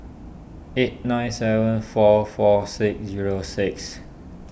eight nine seven four four six zero six